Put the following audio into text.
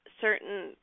certain